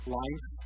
life